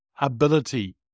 ability